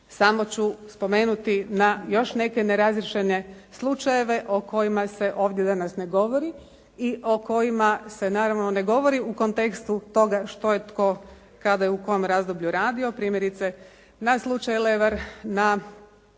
samo ću spomenuti na još neke nerazriješene slučajeve o kojima se ovdje danas ne govori i o kojima se naravno ne govori u kontekstu toga što je tko i kada je u kom razdoblju radio. Primjerice na slučaj Levar, na